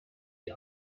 die